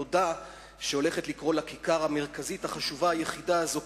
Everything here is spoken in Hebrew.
נודע שהיא הולכת לקרוא לכיכר המרכזית החשובה היחידה הזו,